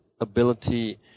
ability